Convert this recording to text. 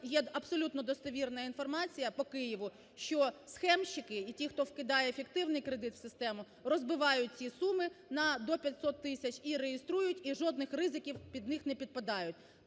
є абсолютно достовірна інформація по Києву, що схемщики і ті, хто вкидає фіктивний кредит в систему, розбивають ці суми на до 500 тисяч і реєструють. І жодних ризиків під них не підпадають.